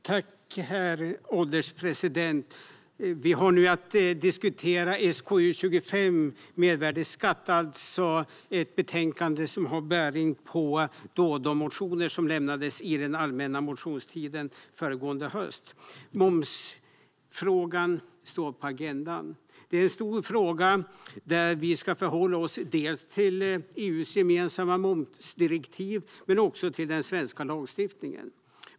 Herr ålderspresident! Vi har nu att diskutera SkU25 Mervärdesskatt . Det är ett betänkande som har bäring på de motioner som lämnades under den allmänna motionstiden föregående höst. Momsfrågan står på agendan. Det är en stor fråga där vi ska förhålla oss dels till EU:s gemensamma momsdirektiv, dels till den svenska lagstiftningen.